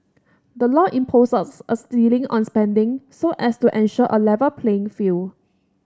the law imposes a ceiling on spending so as to ensure A Level playing field